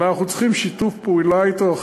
אבל אנחנו צריכים שיתוף פעולה אתו,